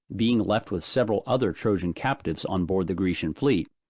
being left with several other trojan captives on board the grecian fleet,